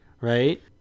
right